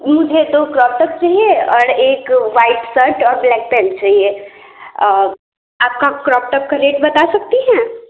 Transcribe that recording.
मुझे दो crop top चाहिए और एक व्हाइट शर्ट और ब्लैक पेंट चाहिए आपका क्रॉप टॉप का रेट बता सकती हैं